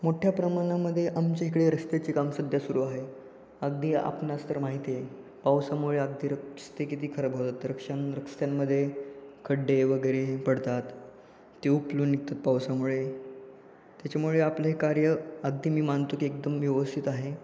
मोठ्या प्रमाणामध्ये आमच्या इकडे रस्त्याचे काम सध्या सुरू आहे अगदी आपणास तर माहिती आहे पावसामुळे अगदी रस्ते किती खराब होतात रस्त्यारस्त्यांमध्ये खड्डे वगैरे पडतात ते उपलून निघतात पावसामुळे त्याच्यामुळे आपलं कार्य अगदी मी मानतो की एकदम व्यवस्थित आहे